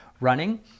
running